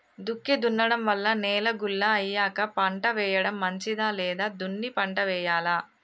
దుక్కి దున్నడం వల్ల నేల గుల్ల అయ్యాక పంట వేయడం మంచిదా లేదా దున్ని పంట వెయ్యాలా?